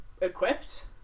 equipped